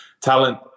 talent